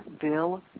Bill